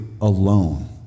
alone